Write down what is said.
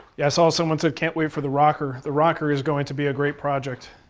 yeah, someone said, can't wait for the rocker. the rocker is going to be a great project.